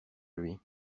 lui